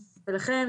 ולכן,